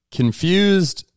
confused